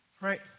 right